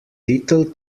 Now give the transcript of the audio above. little